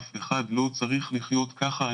אף אחד לא צריך לחיות ככה.